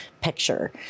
picture